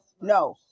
No